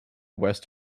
west